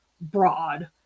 broad